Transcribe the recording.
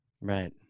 Right